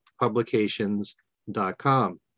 publications.com